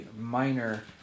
minor